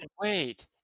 Wait